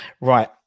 right